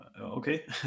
okay